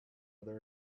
other